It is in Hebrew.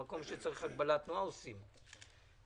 במקום שצריך הגבלת תנועה עושים אותה.